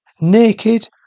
Naked